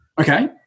Okay